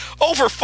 Over